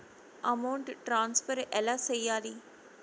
amount transfer ఎలా సేయాలి